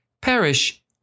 perish